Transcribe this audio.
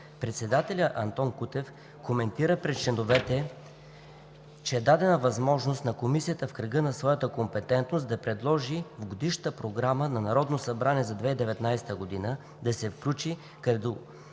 Председателят Антон Кутев коментира пред членовете, че е дадена възможност на Комисията в кръга на своята компетентност да предложи в Годишната работна програма на Народното събрание за 2019 г. да се включат като